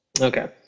Okay